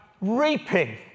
reaping